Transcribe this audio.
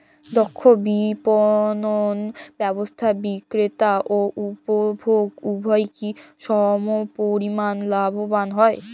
দক্ষ বিপণন ব্যবস্থায় বিক্রেতা ও উপভোক্ত উভয়ই কি সমপরিমাণ লাভবান হয়?